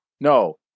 No